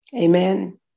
Amen